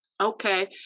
Okay